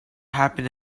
happen